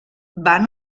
van